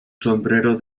sombrero